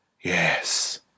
Yes